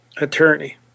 attorney